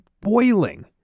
boiling